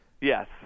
Yes